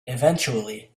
eventually